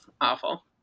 awful